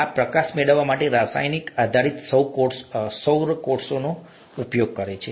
આ પ્રકાશ મેળવવા માટે રાસાયણિક આધારિત સૌર કોષોનો ઉપયોગ કરે છે